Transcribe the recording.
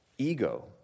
Ego